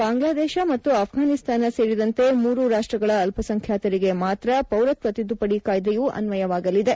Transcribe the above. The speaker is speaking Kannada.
ಬಾಂಗ್ಲಾದೇಶ ಮತ್ತು ಅಫಫಾನಿಸ್ತಾನ ಸೇರಿದಂತೆ ಮೂರು ರಾಷ್ಟ್ರಗಳ ಅಲ್ಪಸಂಖ್ಯಾತರಿಗೆ ಮಾತ್ರ ಪೌರತ್ವ ತಿದ್ದುಪದಿ ಕಾಯ್ದೆಯು ಅನ್ವಯವಾಗಲಿದೆ